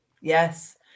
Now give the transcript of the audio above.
Yes